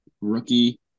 rookie